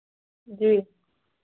जी